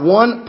one